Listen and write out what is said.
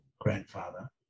grandfather